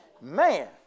man